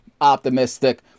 optimistic